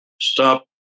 stop